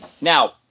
Now